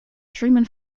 truman